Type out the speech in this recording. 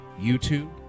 YouTube